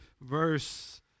verse